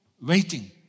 waiting